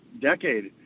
decade